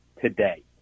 today